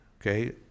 okay